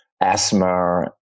asthma